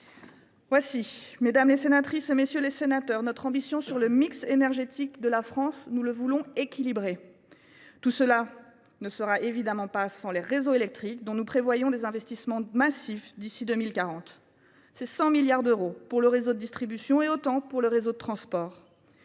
est, mesdames les sénatrices, messieurs les sénateurs, notre ambition concernant le mix énergétique de la France : nous le souhaitons équilibré. Tout cela ne pourra évidemment pas se concrétiser sans les réseaux électriques, pour lesquels nous prévoyons des investissements massifs d’ici à 2040 : 100 milliards d’euros pour le réseau de distribution et autant pour le réseau de transport.